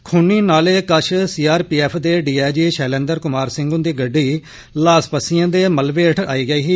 खूनी नाले कश C R P F दे D I G Shailendra Kumar Singh हुन्दी गड्डी लास पस्सियें दे मलवे हेठ आई गेई ही